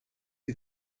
die